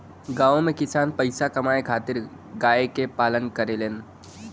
गांव में किसान पईसा कमाए खातिर गाय क पालन करेलन